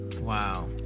Wow